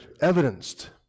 evidenced